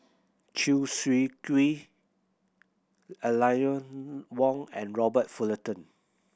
Chew Swee Kee Eleanor Wong and Robert Fullerton